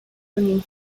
bringing